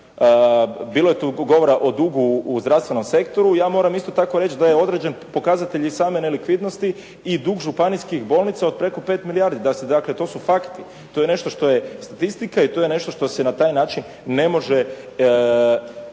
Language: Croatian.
bilo je tu govora o dugu zdravstvenom sektoru, ja moram isto tako reći da je određen pokazatelj i same nelikvidnosti i dug županijskih bolnica od preko 5 milijardi. Dakle, to su fakti. To je nešto što je statistika i to je nešto što se na taj način ne može